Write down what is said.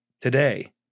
today